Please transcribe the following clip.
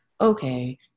okay